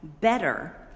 better